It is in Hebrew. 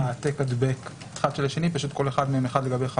אחד לגבי חברות,